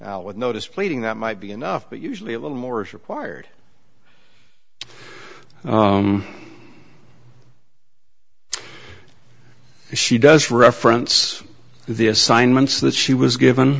now with notice pleading that might be enough but usually a little more is required she does reference the assignments that she was given